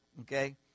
okay